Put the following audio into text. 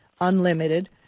unlimited